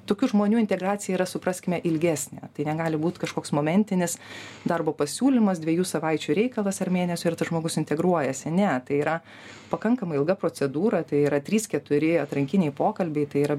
tokių žmonių integracija yra supraskime ilgesnė tai negali būt kažkoks momentinis darbo pasiūlymas dviejų savaičių reikalas ar mėnesių ir tas žmogus integruojasi ne tai yra pakankamai ilga procedūra tai yra trys keturi atrankiniai pokalbiai tai yra